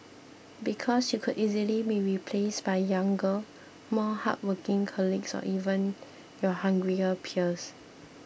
because you could easily be replaced by younger more hardworking colleagues or even your hungrier peers